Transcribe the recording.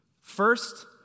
First